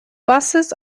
buses